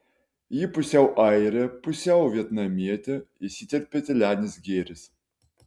ji pusiau airė pusiau vietnamietė įsiterpė tylenis gėris